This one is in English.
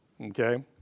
Okay